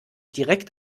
direkt